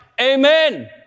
Amen